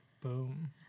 Boom